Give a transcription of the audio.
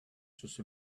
just